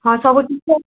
ହଁ ସବୁ ଟିଚର